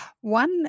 one